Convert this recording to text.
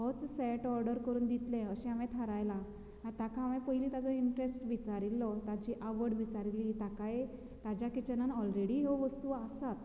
होच set order करून दितले अशें हांवें थारायलां ताका हांवेन पयनी ताजो इंट्रेस्ट विचारिल्लो ताची आवड विचारिल्ली ताकाय ताज्या किचनांत ऑलरेडी ह्यो वस्तू आसात